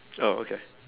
oh okay